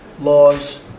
laws